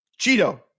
Cheeto